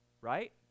right